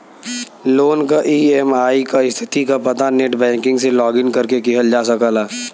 loan क EMI क स्थिति क पता नेटबैंकिंग से लॉगिन करके किहल जा सकला